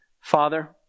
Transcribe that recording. Father